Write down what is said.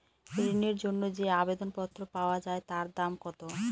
ঋণের জন্য যে আবেদন পত্র পাওয়া য়ায় তার দাম কত?